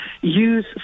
use